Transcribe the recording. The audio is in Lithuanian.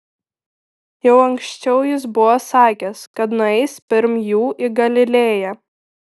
jau anksčiau jis buvo sakęs kad nueis pirm jų į galilėją